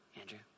Andrew